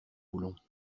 voulons